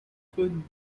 fünf